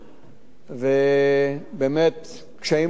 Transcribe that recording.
במשא-ומתן של שנה וחצי, שאנחנו מתעסקים